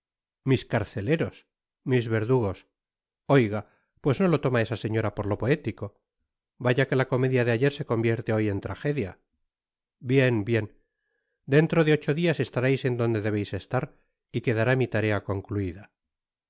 mis carceleros mis verdugos oiga pues no lo toma esa señora por to poético vaya que la comedia de ayer se convierte hoy en tragedia bien bien dentro de ocho dias estareis en donde debeis estar y quedará mi tarea concluida